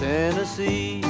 Tennessee